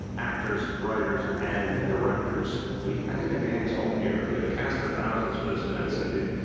actors, writers and directors. we i think the gang's all here. we have a cast of thousands for this event, cynthia.